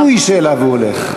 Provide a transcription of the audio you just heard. יש איזה פיתוי שאליו הוא הולך.